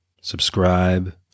Subscribe